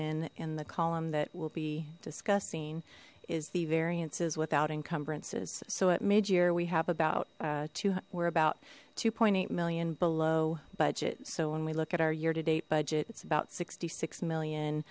then in the column that we'll be discussing is the variances without encumbrances so at mid year we have about we're about two point eight million below budget so when we look at our year to date budget it's about sixty six million